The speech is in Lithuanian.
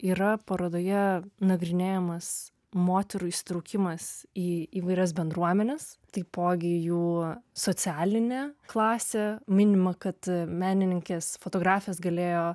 yra parodoje nagrinėjamas moterų įsitraukimas į įvairias bendruomenes taipogi jų socialinė klasė minima kad menininkės fotografės galėjo